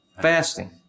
fasting